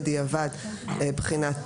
בחינת